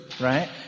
right